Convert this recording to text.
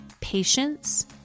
patience